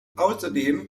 außerdem